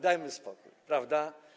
Dajmy spokój, prawda?